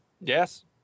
Yes